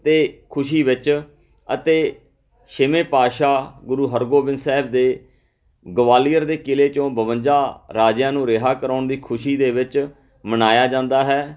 ਅਤੇ ਖੁਸ਼ੀ ਵਿੱਚ ਅਤੇ ਛੇਵੇਂ ਪਾਤਸ਼ਾਹ ਗੁਰੂ ਹਰਗੋਬਿੰਦ ਸਾਹਿਬ ਦੇ ਗਵਾਲੀਅਰ ਦੇ ਕਿਲ੍ਹੇ ਚੋਂ ਬਵੰਜਾ ਰਾਜਿਆਂ ਨੂੰ ਰਿਹਾਅ ਕਰਾਉਣ ਦੀ ਖੁਸ਼ੀ ਦੇ ਵਿੱਚ ਮਨਾਇਆ ਜਾਂਦਾ ਹੈ